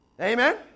Amen